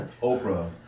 Oprah